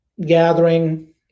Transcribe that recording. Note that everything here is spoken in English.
gathering